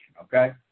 okay